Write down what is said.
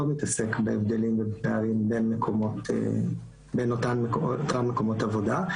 מתעסק בהבדלים ובפערים בין אותם מקומות עבודה.